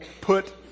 put